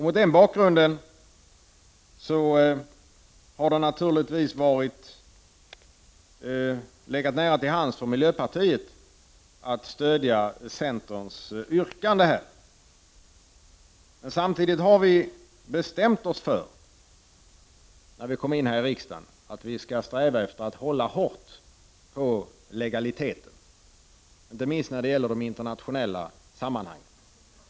Mot den bakgrunden hade det naturligtvis legat nära till hands för miljöpartiet att stödja centerns yrkande på den här punkten. Men vi bestämde oss för att sträva efter att hålla hårt på legaliteten när vi kom in i riksdagen, inte minst när det gäller de internationella sammanhangen.